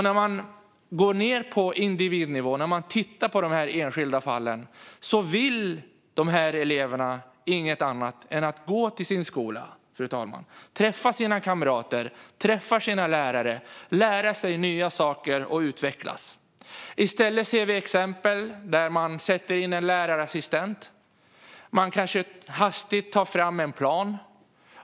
När man går ned på individnivå och tittar på de enskilda fallen, fru talman, märker man att de här eleverna inget annat vill än att gå till sin skola, träffa sina kamrater, träffa sina lärare, lära sig nya saker och utvecklas. I stället ser vi exempel där man sätter in en lärarassistent. Man kanske hastigt tar fram en plan.